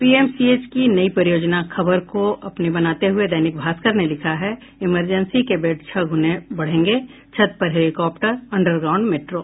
PMCH की नई परियोजना खबर को अपनी बनाते हुये दैनिक भागस्क ने लिखा है इमरजेंसी के बेड छह गुने बढ़ेंगे छत पर हेलीकॉप्टर अंडरग्राउंड मेट्रो